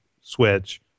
switch